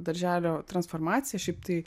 darželio transformacija šiaip taip